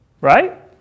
right